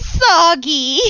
soggy